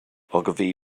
ogilvy